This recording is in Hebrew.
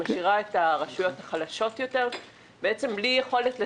היא משאירה את הרשויות החלשות יותר בלי יכולת לטפל.